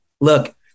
look